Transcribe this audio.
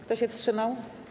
Kto się wstrzymał?